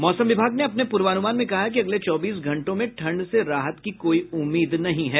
मौसम विभाग ने अपने पूर्वान्मान में कहा है कि अगले चौबीस घंटों में ठंड से राहत की कोई उम्मीद नहीं है